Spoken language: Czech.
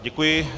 Děkuji.